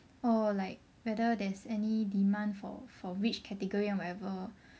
oh like whether there is any demand for which catagory or whatever